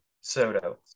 Soto